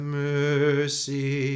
mercy